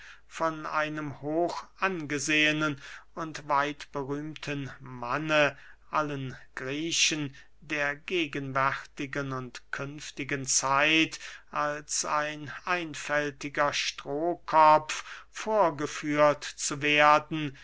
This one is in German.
von einem hochangesehenen und weitberühmten manne allen griechen der gegenwärtigen und künftigen zeit als ein einfältiger strohkopf vorgeführt zu werden